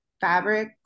fabric